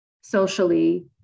socially